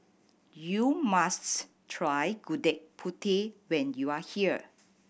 you must try Gudeg Putih when you are here